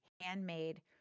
handmade